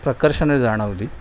प्रकर्षानं जाणवली